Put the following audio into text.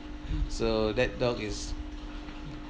so that dog is